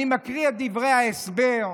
אני קורא את דברי ההסבר: